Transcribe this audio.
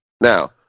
Now